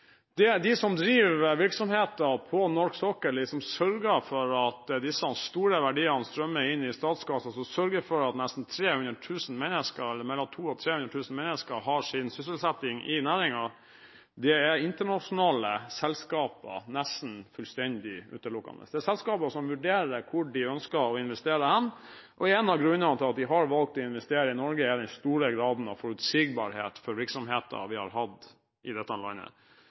De som driver virksomheter på norsk sokkel, de som sørger for at disse store verdiene strømmer inn i statskassa, som sørger for at mellom 200 000 og 300 000 mennesker har sin sysselsetting i næringen, er nesten utelukkende internasjonale selskaper. Det er selskaper som vurderer hvor de ønsker å investere, og en av grunnene til at de har valgt å investere i Norge, er den store graden av forutsigbarhet for virksomheter vi har hatt i dette landet,